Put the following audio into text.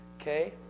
Okay